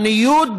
הניוד